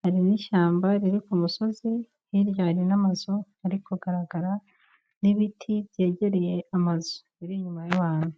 hari n'ishyamba riri ku musozi, hirya hari n'amazu ari kugaragara n'ibiti byegereye amazu biri inyuma y'abantu.